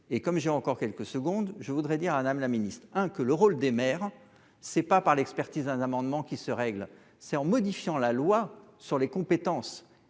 et comme j'ai encore quelques secondes. Je voudrais dire à Madame la Ministre hein que le rôle des maires c'est pas par l'expertise, un amendement qui se règlent, c'est en modifiant la loi sur les compétences